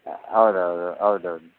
ಹೌದು ಹೌದು ಹೌದು